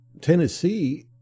Tennessee